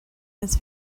his